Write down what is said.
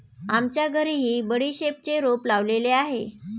आमच्या घरीही बडीशेपचे रोप लावलेले आहे